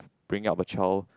bring up a child